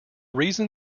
reason